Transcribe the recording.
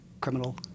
criminal